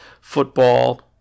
football